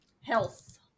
Health